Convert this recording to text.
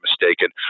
mistaken